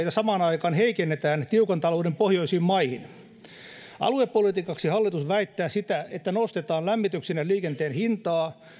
ja samaan aikaan liittolaisuussuhteita tiukan talouden pohjoisiin maihin heikennetään aluepolitiikaksi hallitus väittää sitä että nostetaan lämmityksen ja liikenteen hintaa